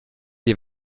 die